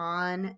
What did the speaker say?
on